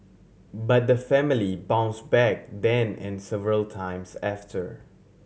but the family bounce back then and several times after